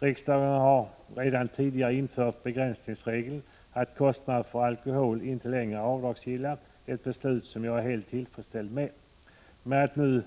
Riksdagen har redan tidigare infört begränsningsregeln att kostnader för alkohol inte längre är avdragsgilla, ett beslut som jag är helt till freds med. Men att nu